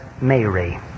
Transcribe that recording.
Mary